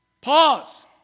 Pause